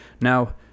Now